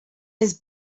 his